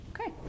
Okay